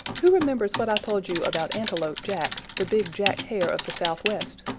who remembers what i told you about antelope jack, the big jack hare of the southwest?